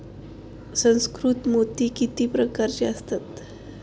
सुसंस्कृत मोती किती प्रकारचे असतात?